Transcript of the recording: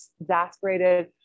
exasperated